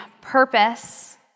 purpose